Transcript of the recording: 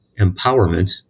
empowerment